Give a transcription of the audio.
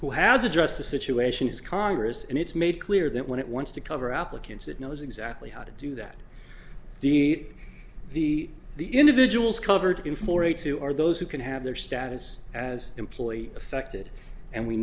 who has addressed the situation is congress and it's made clear that when it wants to cover applicants it knows exactly how to do that the the the individuals covered in for a two are those who can have their status as employee affected and we